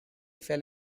fell